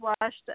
washed